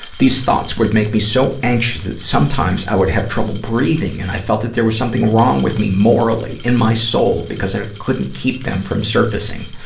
these thoughts would make me so anxious that sometimes i would have trouble breathing, and i felt that there was something wrong with me morally in my soul, because i couldn't keep them from surfacing.